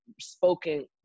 spoken